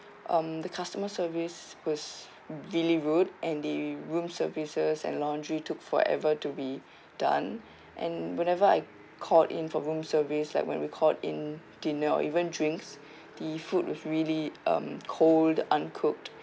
um the customer service was really rude and the room services and laundry took forever to be done and whenever I called in for room service like when we called in dinner or even drinks the food was really um cold uncooked